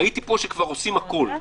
ראיתי שעושים הכול.